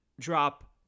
drop